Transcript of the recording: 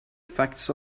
facts